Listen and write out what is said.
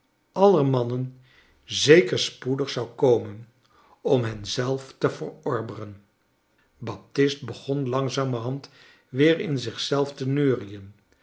aller mannen zeker spoedig zou komen om hen zelf te verorberen baptist begon langzamerhand weer in zich zelf te neurien